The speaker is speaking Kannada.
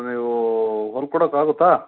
ನೀವು ಹೊಲ್ಕೋಡಕೆ ಆಗುತ್ತಾ